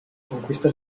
conquista